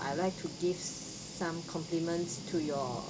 I like to gives some compliments to your